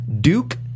Duke